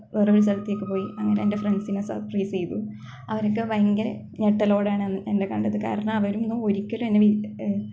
വേറെ ഒരു സ്ഥലത്തേക്ക് പോയി അങ്ങനെ എന്റെ ഫ്രണ്ട്സിനെ സര്പ്രൈസ് ചെയ്തു അവരൊക്കെ ഭയങ്കര ഞെട്ടലോടെയാണ് എ എന്നെ കണ്ടത് കാരണം അവരൊന്നും ഒരിക്കലും എന്നെ വി